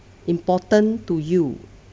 important to you